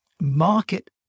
market